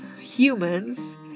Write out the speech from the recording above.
humans